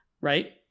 right